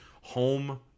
home